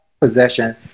possession